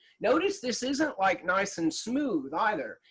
notice this isn't like nice and smooth either,